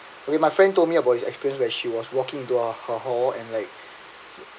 okay my friend told me about his experience where she was walking towards her hall and like